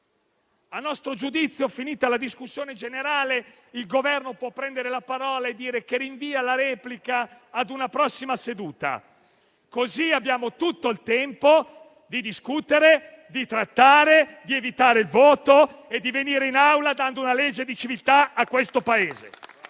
A nostro giudizio, finita la discussione generale, il rappresentante del Governo può prendere la parola e dire che rinvia la replica ad una prossima seduta, così avremmo tutto il tempo di discutere, di trattare, di evitare il voto e venire in Aula per dare una legge di civiltà a questo Paese.